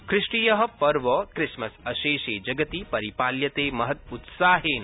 ख्रीष्टीय पर्व क्रिसमस् अशेषे जगति परिपाल्यते महत् उत्साहेन